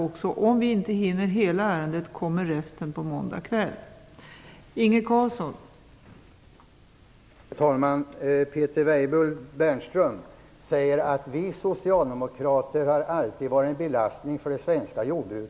Om vi inte hinner med hela ärendet, kommer debatten i ärendet att fortsätta på måndag kväll.